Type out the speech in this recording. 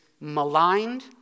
maligned